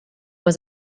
was